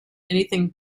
anything